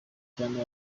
cyane